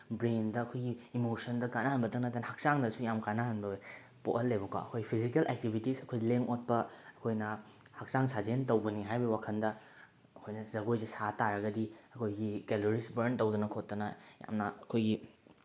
ꯕ꯭ꯔꯦꯟꯗ ꯑꯩꯈꯣꯏꯒꯤ ꯏꯃꯣꯁꯟꯗ ꯀꯥꯟꯅꯍꯟꯕꯇ ꯅꯠꯇꯅ ꯍꯛꯆꯥꯡꯗꯁꯨ ꯌꯥꯝ ꯀꯥꯟꯅꯍꯟꯕ ꯄꯣꯛꯍꯜꯂꯦꯕꯀꯣ ꯑꯩꯈꯣꯏ ꯐꯤꯖꯤꯀꯦꯜ ꯑꯦꯛꯇꯤꯕꯤꯇꯤꯁ ꯑꯩꯈꯣꯏ ꯂꯦꯡ ꯑꯣꯠꯄ ꯑꯩꯈꯣꯏꯅ ꯍꯛꯆꯥꯡ ꯁꯥꯖꯦꯜ ꯇꯧꯕꯅꯤ ꯍꯥꯏꯕꯒꯤ ꯋꯥꯈꯜꯗ ꯑꯩꯈꯣꯏꯅ ꯖꯒꯣꯏꯁꯦ ꯁꯥ ꯇꯥꯔꯒꯗꯤ ꯑꯩꯈꯣꯏꯒꯤ ꯀꯦꯂꯣꯔꯤꯁ ꯕ꯭ꯔꯟ ꯇꯧꯗꯅ ꯈꯣꯠꯇꯅ ꯌꯥꯝꯅ ꯑꯩꯈꯣꯏꯒꯤ